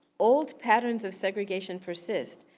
old patterns of segregation persist,